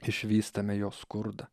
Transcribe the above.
išvystame jo skurdą